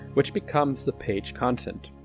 which becomes the page content.